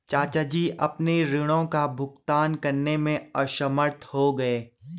चाचा जी अपने ऋणों का भुगतान करने में असमर्थ हो गए